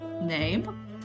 Name